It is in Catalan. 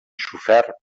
sofert